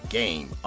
game